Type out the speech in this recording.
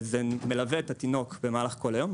זה מלווה את התינוק במהלך כל היום,